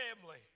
family